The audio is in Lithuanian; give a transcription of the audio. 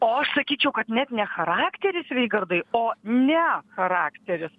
o aš sakyčiau kad net ne charakteris raigardai o ne charakteris